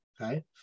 okay